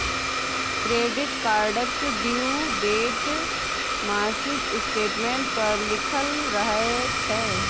credit कार्डक due date मासिक statement पर लिखल रहय छै